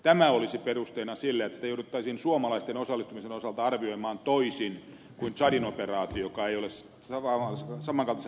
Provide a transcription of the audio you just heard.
tämä olisi perusteena sille että sitä jouduttaisiin suomalaisten osallistumisen osalta arvioimaan toisin kuin tsadin operaatiota joka ei ole saman kaltaisessa tilanteessa